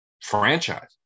franchise